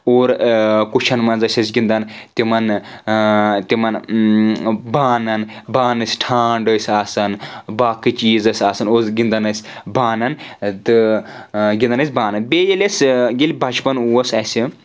اور کُچھَن منٛز ٲسۍ أسۍ گِنٛدَان تِمَن تِمَن بانَن بانہٕ ٲسۍ ٹھانٛڈ ٲسۍ آسَان باقٕے چیٖز ٲسۍ آسَان اوس گِنٛدَان ٲسۍ بانَن تہٕ گِنٛدَان ٲسۍ بانَن بیٚیہِ ییٚلہِ أسۍ ییٚلہِ بَچپَن اوس اَسہِ